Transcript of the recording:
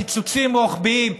קיצוצים רוחביים,